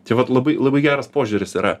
tai vat labai labai geras požiūris yra